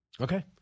Okay